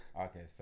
Okay